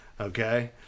okay